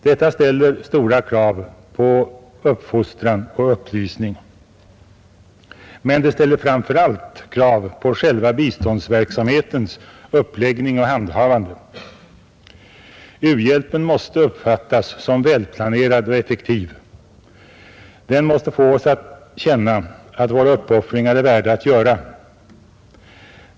Detta ställer stora krav på uppfostran och upplysning, men det ställer framför allt krav på själva biståndsverksamhetens uppläggning och handhavande. U-hjälpen måste uppfattas som välplanerad och effektiv. Den måste få oss att känna att våra uppoffringar är värda att göra.